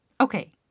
Okay